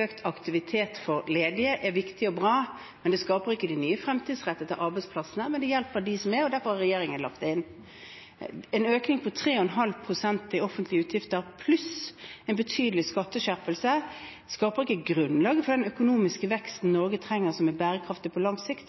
Økt aktivitet for ledige er viktig og bra, men det skaper ikke de nye, fremtidsrettede arbeidsplassene. Men det hjelper dem det gjelder, derfor har regjeringen lagt det inn. En økning på 3,5 pst. i offentlige utgifter pluss en betydelig skatteskjerpelse skaper ikke grunnlag for den økonomiske veksten Norge trenger, og som er bærekraftig på lang sikt.